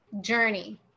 journey